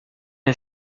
est